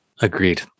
Agreed